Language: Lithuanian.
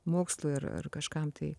mokslui ar ar kažkam tai